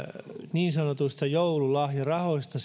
niin sanotuista joululahjarahoista